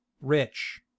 rich